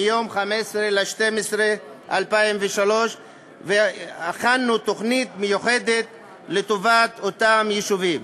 מיום 15 בדצמבר 2013. הכנו תוכנית מיוחדת לטובת אותם יישובים.